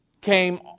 came